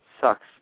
sucks